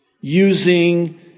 using